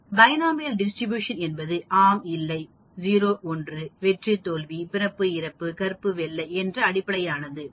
binomial distribution என்பது ஆம் இல்லை 0 1 வெற்றி தோல்வி பிறப்பு இறப்பு கருப்பு வெள்ளை என்ற அடிப்படையிலானது